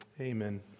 Amen